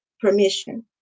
permission